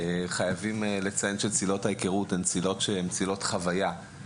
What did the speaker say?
חייבים לציין שצלילות ההיכרות הן צלילות חוויה חד פעמית,